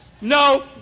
No